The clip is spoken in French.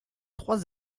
trois